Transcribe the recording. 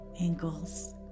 ankles